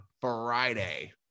friday